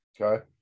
Okay